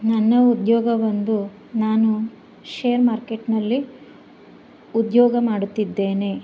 ನನ್ನ ಉದ್ಯೋಗ ಬಂದು ನಾನು ಶೇರ್ ಮಾರ್ಕೇಟ್ನಲ್ಲಿ ಉದ್ಯೋಗ ಮಾಡುತ್ತಿದ್ದೇನೆ